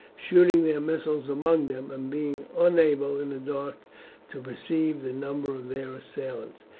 shooting their missiles among them, and being unable in the dark to perceive the number of their assailants,